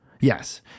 Yes